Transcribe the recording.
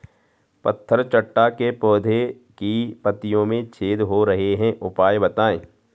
पत्थर चट्टा के पौधें की पत्तियों में छेद हो रहे हैं उपाय बताएं?